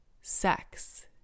sex